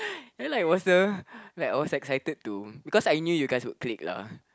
like was a I was excited too because I knew you guys would click lah